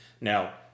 now